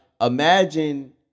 imagine